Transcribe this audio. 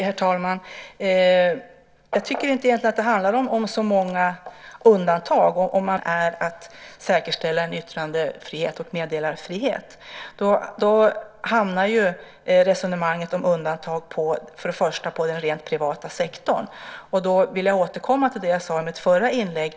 Herr talman! Jag tycker egentligen inte att det handlar om så många undantag. Om man bestämmer sig för att grundregeln är att säkerställa en yttrandefrihet och en meddelarfrihet hamnar resonemanget om undantag först och främst på den rent privata sektorn. Jag vill återkomma till det jag sade i mitt förra inlägg.